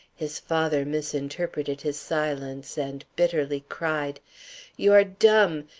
his father misinterpreted his silence, and bitterly cried you are dumb!